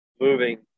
moving